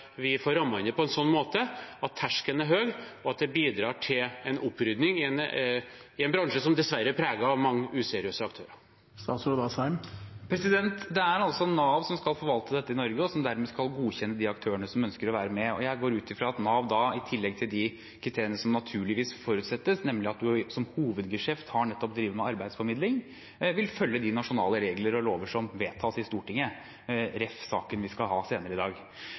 vi får rammet det inn på en sånn måte at terskelen er høy, og at det bidrar til en opprydning i en bransje som dessverre er preget av mange useriøse aktører? Det er altså Nav som skal forvalte dette i Norge, og som dermed skal godkjenne de aktørene som ønsker å være med. Jeg går ut fra at Nav da i tillegg til de kriteriene som naturligvis forutsettes, nemlig at man som hovedgeskjeft nettopp driver med arbeidsformidling, vil følge de nasjonale regler og lover som vedtas i Stortinget, ref. saken vi skal ha senere i dag.